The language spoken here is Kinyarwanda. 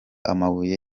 amabuye